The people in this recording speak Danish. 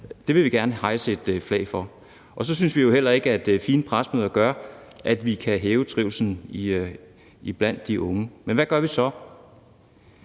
det vil vi gerne hejse et flag for. Og så synes vi jo heller ikke, at fine pressemøder gør, at vi kan hæve trivslen blandt de unge. Men hvad gør vi så?